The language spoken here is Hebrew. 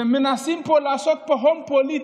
ומנסים פה לעשות הון פוליטי.